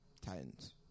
Titans